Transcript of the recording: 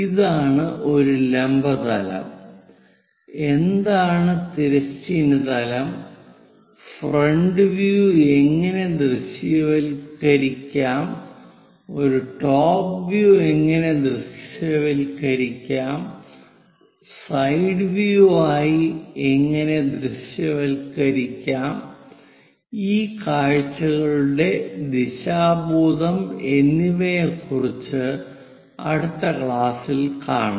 എന്താണ് ഒരു ലംബ തലം എന്താണ് തിരശ്ചീന തലം ഫ്രണ്ട് വ്യൂ എങ്ങനെ ദൃശ്യവൽക്കരിക്കാം ഒരു ടോപ് വ്യൂ എങ്ങനെ ദൃശ്യവൽക്കരിക്കാം സൈഡ് വ്യൂ ആയി എങ്ങനെ ദൃശ്യവൽക്കരിക്കാം ഈ കാഴ്ചകളുടെ ദിശാബോധം എന്നിവയെ കുറിച്ച് അടുത്ത ക്ലാസ്സിൽ കാണാം